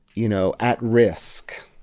you know, at risk.